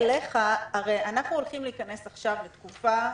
הרי אנחנו הולכים להיכנס עכשיו לתקופה,